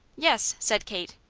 yes, said kate.